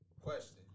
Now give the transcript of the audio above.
question